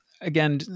again